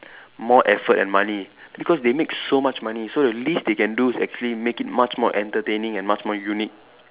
more effort and money because they make so much money so the least they can do is actually make it much more entertaining and much more unique